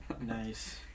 Nice